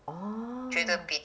orh